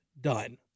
done